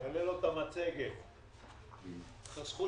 חסכו